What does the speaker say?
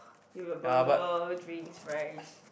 with a burger drinks fries